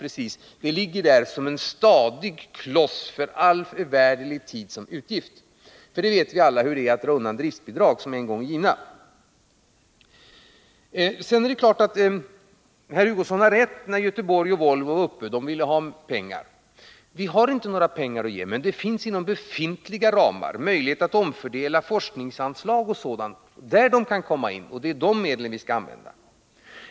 De ligger där som utgift liksom en stadig kloss för evärdlig tid — vi vet ju alla hur det är att dra in driftbidrag som en gång är givna. Kurt Hugosson har rätt i det han sade om Volvos besök hos mig, då de ville ha pengar. Vi har inte några pengar att ge, men det finns möjlighet att inom befintliga ramar omfördela forskningsanslag och sådant. Där kan Volvo komma in i bilden, och det är de medlen vi skall använda.